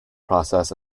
process